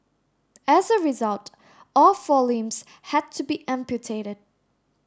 as a result all four limbs had to be amputated